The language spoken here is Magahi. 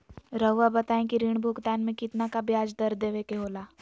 रहुआ बताइं कि ऋण भुगतान में कितना का ब्याज दर देवें के होला?